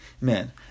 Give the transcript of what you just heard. man